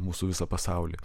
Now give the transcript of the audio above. mūsų visą pasaulį